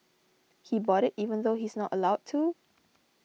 he bought it even though he's not allowed to